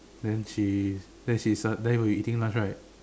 then she then she sudd~ then when you eating lunch right